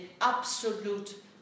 absolute